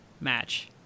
match